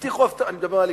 אני מדבר על הליכוד.